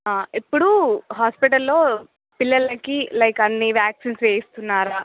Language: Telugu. ఇప్పుడు హాస్పిటల్లో పిల్లలకి లైక్ అన్ని వ్యాక్సిన్స్ వేయిస్తున్నారా